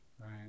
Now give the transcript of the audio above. Right